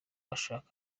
bashake